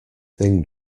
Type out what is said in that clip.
thing